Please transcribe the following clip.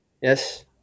yes